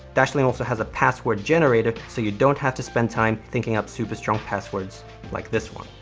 dashlane also has a password generator, so you don't have to spend time thinking up super strong passwords like this one.